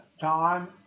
time